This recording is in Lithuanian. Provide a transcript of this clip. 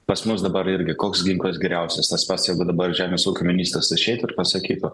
pas mus dabar irgi koks ginklas geriausias tas pats jeigu dabar žemės ūkio ministras išeitų ir pasakytų